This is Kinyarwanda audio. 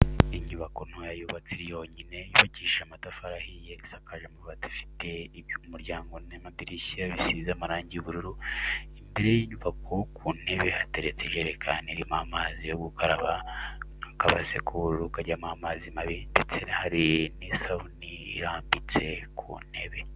Inyubako ntoya yubatse iri yonyine, yubakishije amatafari ahiye isakaje amabati ifite umuryango n'amadirishya bisize amarangi y'ubururu, imbere y'inyubako ku ntebe hateretse ijerekani irimo amazi yo gukaraba n'akabase k'ubururu kajyamo amazi mabi ndetse hari n'isabuni irambitse ku ntebe.